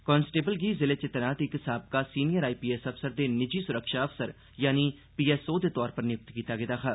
constable गी जिले च तैनात इक साबका सीनियर आईपीएस अफसर दे निजी सुरक्षा अफसर यानि पी एस ओ दे तौर पर नियुक्त कीता गेदा हा